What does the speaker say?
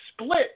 split